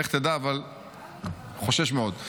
לך תדע, אני חושש מאוד.